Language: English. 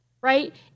right